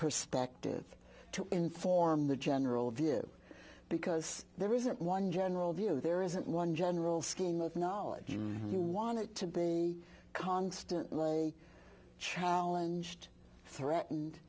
perspective to inform the general view because there isn't one general view there isn't one general scheme of knowledge you want it to be constantly challenge to threatened